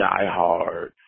diehard